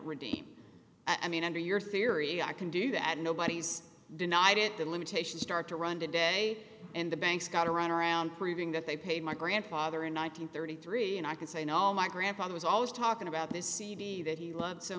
redeem i mean under your theory i can do that nobody's denied it the limitations start to run today and the banks got to run around proving that they paid my grandfather in one nine hundred thirty three and i can say you know my grandfather was always talking about this cd that he loved so